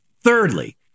Thirdly